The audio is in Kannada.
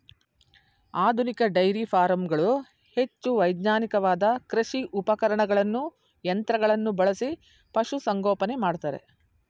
ಆಧುನಿಕ ಡೈರಿ ಫಾರಂಗಳು ಹೆಚ್ಚು ವೈಜ್ಞಾನಿಕವಾದ ಕೃಷಿ ಉಪಕರಣಗಳನ್ನು ಯಂತ್ರಗಳನ್ನು ಬಳಸಿ ಪಶುಸಂಗೋಪನೆ ಮಾಡ್ತರೆ